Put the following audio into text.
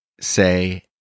say